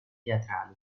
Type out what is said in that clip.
teatrali